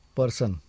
person